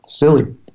silly